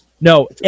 No